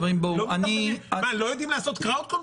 מה, לא יודעים לעשות crowd control?